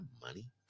money